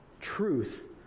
Truth